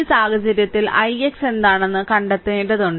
ഈ സാഹചര്യത്തിൽ ix എന്താണെന്ന് കണ്ടെത്തേണ്ടതുണ്ട്